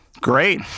Great